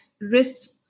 risk